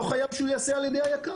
אולי אני אחדד, כי אולי יש חוסר הבנה.